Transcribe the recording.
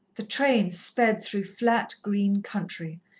the train sped through flat, green country,